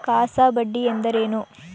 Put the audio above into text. CASA ಬಡ್ಡಿ ಎಂದರೇನು?